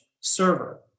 server